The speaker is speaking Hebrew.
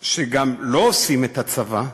שגם לא עושים את הצבא,